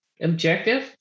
objective